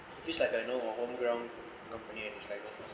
feels like a you know a homeground company and is like